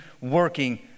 working